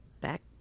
back